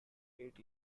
eight